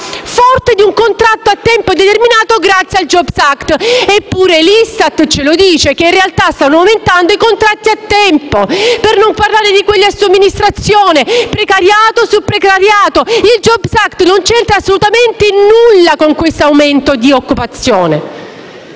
di un contratto a tempo indeterminato, grazie al *jobs act*. Anche l'ISTAT ci dice che stanno aumentando i contratti a tempo, per non parlare di quelli di somministrazione di lavoro: precariato su precariato! Il *jobs act* non c'entra assolutamente nulla con questo aumento di occupazione.